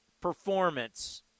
performance